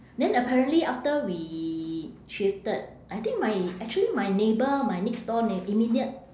then apparently after we shifted I think my actually my neighbour my next door neigh~ immediate